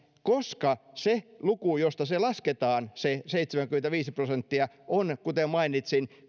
koska se luku josta se lasketaan se seitsemänkymmentäviisi prosenttia on kuten mainitsin